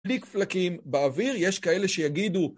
פליקפלקים באוויר, יש כאלה שיגידו